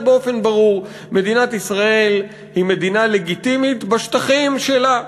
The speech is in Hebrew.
באופן ברור: מדינת ישראל היא מדינה לגיטימית בשטחים שלה,